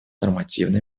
нормативной